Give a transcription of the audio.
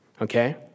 Okay